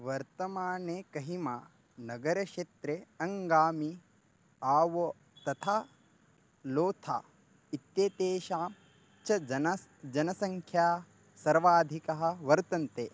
वर्तमाने कोहिमा नगरक्षेत्रे अङ्गामि आवो तथा लोथा इत्येतेषां च जनः जनसंख्या सर्वाधिका वर्तते